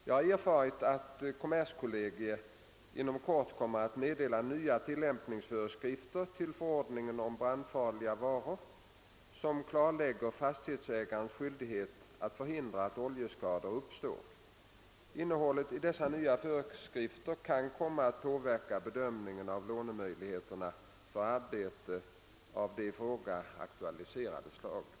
Jag har erfarit att kommerskollegium inom kort kommer att meddela nya tilllämpningsföreskrifter till förordningen om brandfarliga varor som klarlägger fastighetsägarnas skyldigheter att förhindra att oljeskador uppstår. Innehållet i dessa nya föreskrifter kan komma att påverka bedömningen av lånemöjligheterna för arbeten av det i frågan aktualiserade slaget.